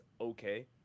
okay